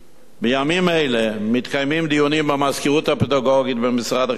בימים אלה מתקיימים דיונים במזכירות הפדגוגית במשרד החינוך